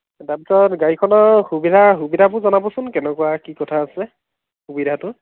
তাৰপিছত গাড়ীখনৰ সুবিধা সুবিধাবোৰ জনাবচোন কেনেকুৱা কি কথা আছে সুবিধাটো